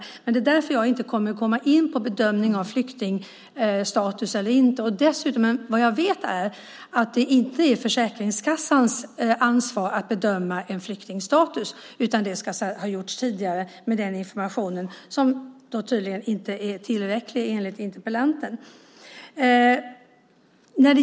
Det är dock på grund av detta som jag inte kommer att komma in på bedömning av flyktingstatus eller inte. Vad jag vet är dock att det inte är Försäkringskassans ansvar att bedöma flyktingstatus, utan det ska ha gjorts tidigare med den information som då tydligen inte är tillräcklig, enligt interpellanten.